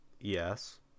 Yes